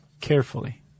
carefully